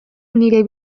nire